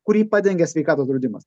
kurį padengia sveikatos draudimas